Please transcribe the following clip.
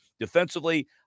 Defensively